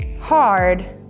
hard